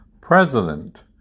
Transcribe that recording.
president